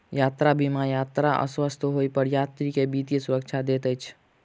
यात्रा बीमा यात्रा में अस्वस्थ होइ पर यात्री के वित्तीय सुरक्षा दैत अछि